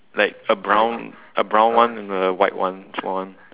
like a brown a brown one and a white one small one